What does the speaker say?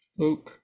look